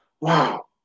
Wow